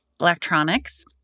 electronics